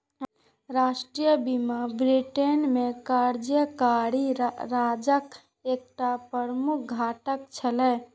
राष्ट्रीय बीमा ब्रिटेन मे कल्याणकारी राज्यक एकटा प्रमुख घटक छियै